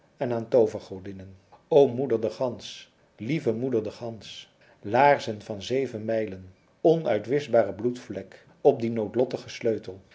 en aan toovergodinnen o moeder de gans lieve moeder de gans laarzen van zeven mijlen onuitwischbare bloedvlek op dien noodlottigen sleutel